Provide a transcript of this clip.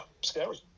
scary